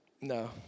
No